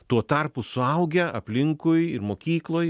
tuo tarpu suaugę aplinkui ir mokykloj